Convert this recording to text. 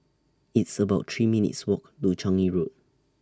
It's about three minutes' Walk to Changi Road